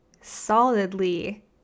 solidly